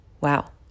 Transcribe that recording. wow